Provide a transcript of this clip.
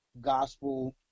gospel